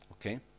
Okay